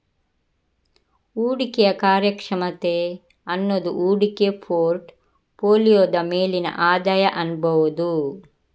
ಹೂಡಿಕೆಯ ಕಾರ್ಯಕ್ಷಮತೆ ಅನ್ನುದು ಹೂಡಿಕೆ ಪೋರ್ಟ್ ಫೋಲಿಯೋದ ಮೇಲಿನ ಆದಾಯ ಅನ್ಬಹುದು